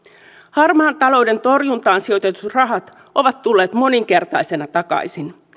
harmaan talouden torjuntaan sijoitetut rahat ovat tulleet moninkertaisena takaisin